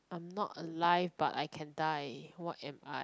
I am not alive but I can die what am I